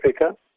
Africa